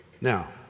Now